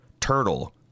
turtle